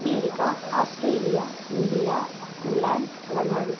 America Australia India England London